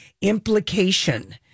implication